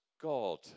God